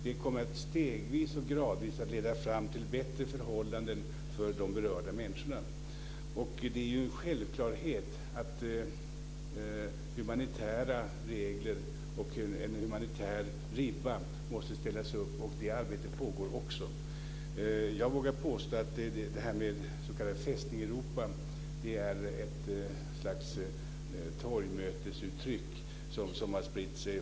Det kommer stegvis och gradvis att leda fram till bättre förhållanden för de berörda människorna. Det är en självklarhet att humanitära regler och en humanitär ribba måste ställas upp. Det arbetet pågår också. Jag vågar påstå att det här med Fästning Europa är ett slags torgmötesuttryck som har spritt sig.